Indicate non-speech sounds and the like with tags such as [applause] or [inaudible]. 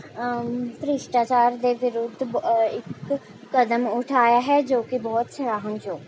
ਭ੍ਰਿਸ਼ਟਾਚਾਰ ਦੇ ਵਿਰੁੱਧ [unintelligible] ਇੱਕ ਕਦਮ ਉਠਾਇਆ ਹੈ ਜੋ ਕਿ ਬਹੁਤ ਸਹਾਰਨਯੋਗ ਹੈ